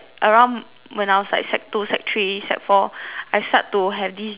when I was like sec two sec three sec four I start to have these dreams lah